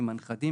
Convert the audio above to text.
עם הנכדים,